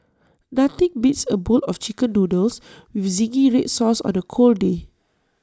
nothing beats A bowl of Chicken Noodles with Zingy Red Sauce on A cold day